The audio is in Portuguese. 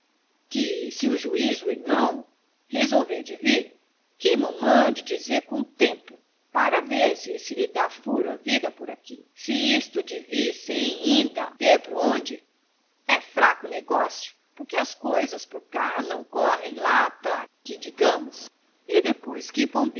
que se o luís o irmão resolver de vir que mo mande dizer com tempo para ver se se lhe dá furo à vida por aqui que isto de vir sem inda ter pronde é fraco negócio porque as coisas por cá não correm lá para que digamos e depois que